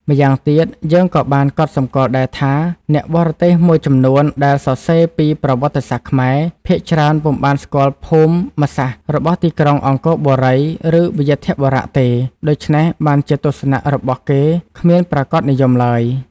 ម្យ៉ាងទៀតយើងក៏បានកត់សម្គាល់ដែរថា អ្នកបរទេសមួយចំនួនដែលសរសេរពីប្រវត្តិសាស្ត្រខ្មែរ ភាគច្រើនពុំបានស្គាល់ភូមិ សាស្ត្ររបស់ទីក្រុងអង្គរបូរី ឬ វ្យាធបុរៈ ទេ ដូច្នេះបានជាទស្សនៈរបស់ គេគ្មានប្រាកដនិយមឡើយ ។